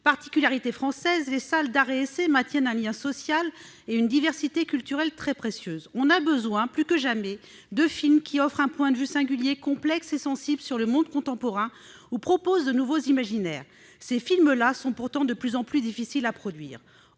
Particularité française, les salles d'art et d'essai maintiennent un lien social et une diversité culturelle très précieux. On a besoin, plus que jamais, de films qui offrent un point de vue singulier, complexe et sensible sur le monde contemporain ou présentent de nouveaux imaginaires. Ces films sont cependant de plus en plus difficiles à produire.